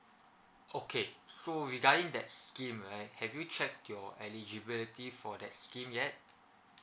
okay so regarding that scheme right have you checked your eligibility for that scheme yet